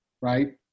Right